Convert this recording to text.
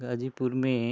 गाजीपुर में